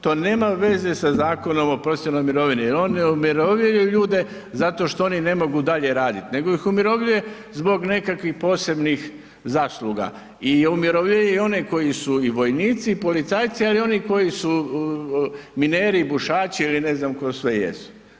To nema veze sa Zakonom o profesionalnoj mirovini jer on ne umirovljuje ljude zato što oni ne mogu dalje raditi, nego ih umirovljuje zbog nekakvih posebnih zasluga i umirovljuje i one koji su i vojnici i policajci, ali i oni koji su mineri, bušači ili ne znam tko sve jesu.